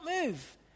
move